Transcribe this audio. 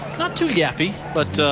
not to you happy but